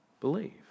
believe